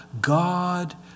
God